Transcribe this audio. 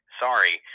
sorry